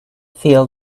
feel